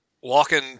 walking